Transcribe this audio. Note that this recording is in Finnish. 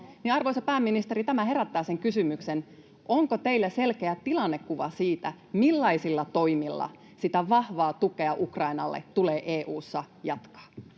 Arvoisa pääministeri, tämä herättää sen kysymyksen, että onko teillä selkeä tilannekuva siitä, millaisilla toimilla sitä vahvaa tukea Ukrainalle tulee EU:ssa jatkaa.